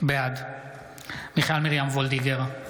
בעד מיכל מרים וולדיגר,